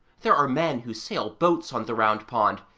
there are men who sail boats on the round pond,